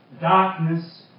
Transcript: darkness